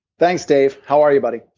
thanks dave. how are you buddy?